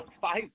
five